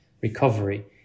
recovery